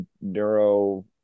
neuro